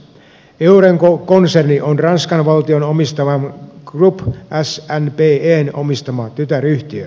eurenco konserni on ranskan valtion omistaman groupe snpen omistama tytäryhtiö